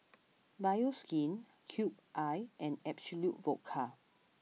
Bioskin Cube I and Absolut Vodka